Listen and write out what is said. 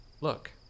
Look